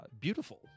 beautiful